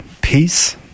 peace